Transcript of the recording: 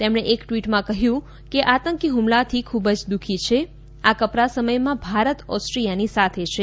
તેમણે એક ટવીટમાં કહ્યું કે આતંકી હુમલાથી ખૂબ જ દુઃખી છે આ દુઃખી સમયમાં ભારત ઓસ્ટ્રિયાની સાથે છે